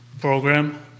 program